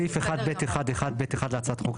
בסעיף 1(ב1)(1)(ב)(1) להצעת החוק,